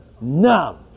numb